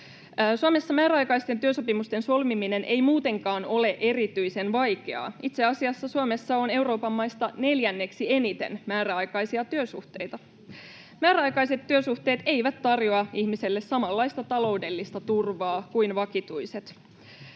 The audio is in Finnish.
Suomessa määräaikaisten työsopimusten solmiminen ei muutenkaan ole erityisen vaikeaa — itse asiassa Suomessa on Euroopan maista neljänneksi eniten määräaikaisia työsuhteita. Määräaikaiset työsuhteet eivät tarjoa ihmiselle samanlaista taloudellista turvaa kuin vakituiset.